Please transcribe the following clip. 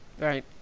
right